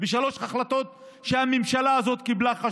ושלוש החלטות חשובות שהממשלה הזאת קיבלה: